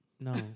No